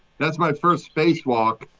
that's my first spacewalk.